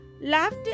laughed